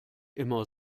immer